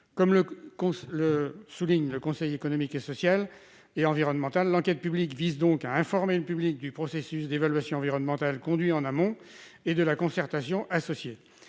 Comme le souligne le Conseil économique, social et environnemental dans un avis récent, l'enquête publique vise « à informer le public du processus d'évaluation environnementale conduit en amont et de la concertation associée,